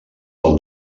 del